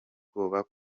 kuva